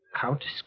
Countess